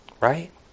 right